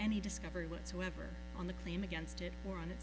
any discovery whatsoever on the claim against it or on it